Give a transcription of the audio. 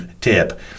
tip